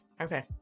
Okay